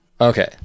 Okay